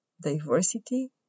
Diversity